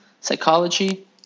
psychology